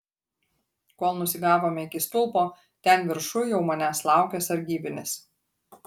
kol nusigavome iki stulpo ten viršuj jau manęs laukė sargybinis